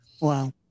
Wow